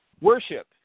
worship